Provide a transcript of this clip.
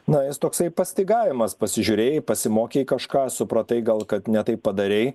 na jis toksai pastygavimas pasižiūrėjai pasimokei kažką supratai gal kad ne taip padarei